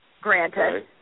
Granted